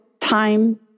time